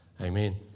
Amen